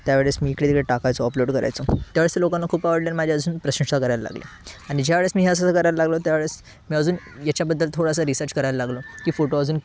त्यावेळेस मी इकडे तिकडे टाकायचो अपलोड करायचो त्यावेळेस ते लोकांना खूप आवडले आणि माझे अजून प्रशंसा करायला लागले आणि ज्यावेळेस मी हा असं करायला लागलो त्यावेळेस मी अजून याच्याबद्दल थोडासा रिसर्च करायला लागलो की फोटो अजून